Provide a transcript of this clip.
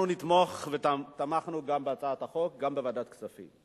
אנחנו נתמוך ותמכנו בהצעת החוק גם בוועדת הכספים.